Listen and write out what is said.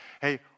hey